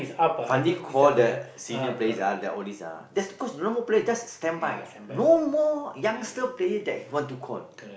Fandi call the senior players ah the oldies ah that's because normal players just a standby no more youngster player that he want to call